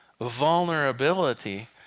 vulnerability